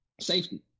safety